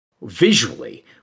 visually